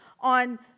on